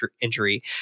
injury